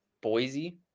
Boise